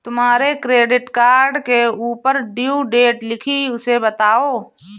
तुम्हारे credit card के ऊपर ड्यू डेट लिखी है उसे बताओ